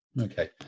Okay